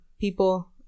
people